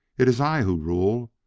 it iss i who rule,